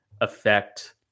affect